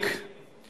בהצלחה.